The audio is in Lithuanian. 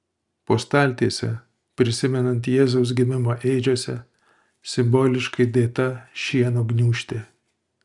po staltiese prisimenant jėzaus gimimą ėdžiose simboliškai dėta šieno gniūžtė